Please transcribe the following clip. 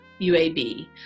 UAB